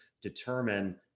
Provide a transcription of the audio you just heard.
determine